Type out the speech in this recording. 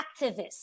activists